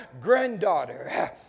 granddaughter